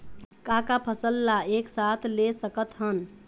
का का फसल ला एक साथ ले सकत हन?